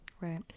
right